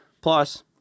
Plus